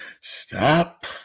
Stop